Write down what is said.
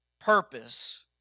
purpose